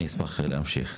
אני אשמח להמשיך.